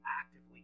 actively